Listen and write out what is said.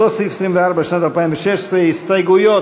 אותו סעיף, 24, לשנת 2016, הסתייגויות